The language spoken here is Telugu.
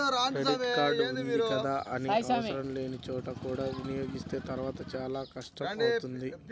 క్రెడిట్ కార్డు ఉంది కదా అని ఆవసరం లేని చోట కూడా వినియోగిస్తే తర్వాత చాలా కష్టం అవుతుంది